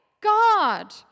God